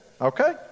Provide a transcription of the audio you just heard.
Okay